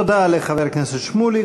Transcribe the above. תודה לחבר הכנסת שמולי.